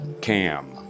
Cam